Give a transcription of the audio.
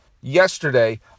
yesterday